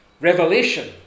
revelation